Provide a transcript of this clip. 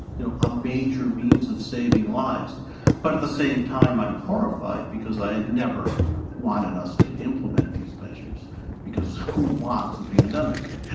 you know, a major means of saving lives but at the same time, i'm horrified because i had never wanted us to implement these measures because who wants a pandemic?